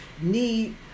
need